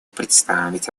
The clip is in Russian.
представить